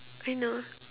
I know